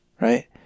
right